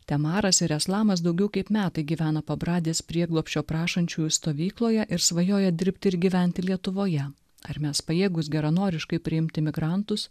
temaras ir eslamas daugiau kaip metai gyvena pabradės prieglobsčio prašančiųjų stovykloje ir svajoja dirbti ir gyventi lietuvoje ar mes pajėgūs geranoriškai priimti migrantus